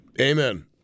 Amen